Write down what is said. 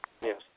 Yes